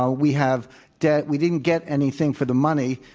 ah we have debt. we didn't get anything for the money.